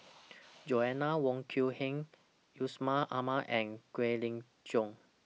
Joanna Wong Quee Heng Yusman Aman and Kwek Leng Joo